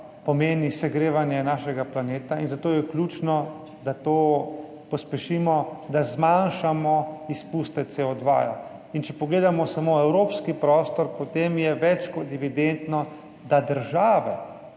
pomeni segrevanje našega planeta, in zato je ključno, da to pospešimo, da zmanjšamo izpuste CO2. Če pogledamo samo evropski prostor, potem je več kot evidentno, da so države,